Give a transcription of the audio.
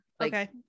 Okay